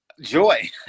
joy